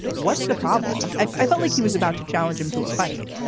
what's the problem? i felt like he was about to challenge him to a fight